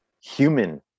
human